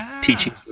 teaching